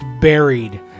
buried